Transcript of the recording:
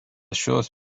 šios